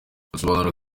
asobanura